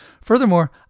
Furthermore